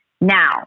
Now